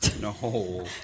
No